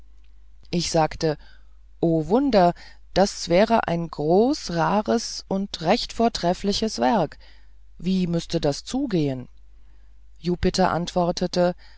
ich sagte o wunder das wäre ein groß rares und recht vortreffliches werk wie müßte das zugehen jupiter antwortete